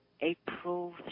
April